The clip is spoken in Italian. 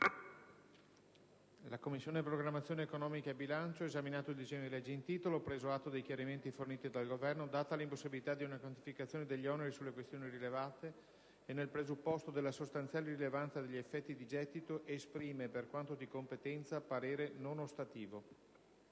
«La Commissione programmazione economica, bilancio, esaminato il disegno di legge in titolo, preso atto dei chiarimenti forniti dal Governo, data l'impossibilità di una quantificazione degli oneri sulle questioni rilevate e nel presupposto della sostanziale irrilevanza degli effetti di gettito, esprime, per quanto di competenza, parere non ostativo».